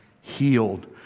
healed